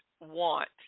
want